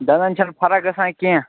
دنٛدَن چھَنہٕ فرق گژھان کیٚنٛہہ